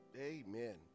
Amen